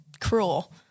cruel